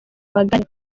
magari